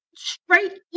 Straight